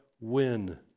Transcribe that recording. win